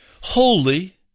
holy